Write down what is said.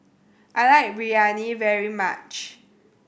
I like Biryani very much